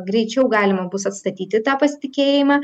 greičiau galima bus atstatyti tą pasitikėjimą